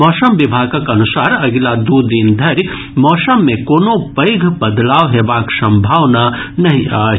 मौसम विभागक अनुसार अगिला दू दिन धरि मौसम मे कोनो पैघ बदलाव हेबाक संभावना नहिं अछि